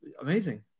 amazing